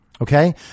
Okay